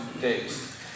days